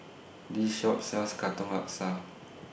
This Shop sells Katong Laksa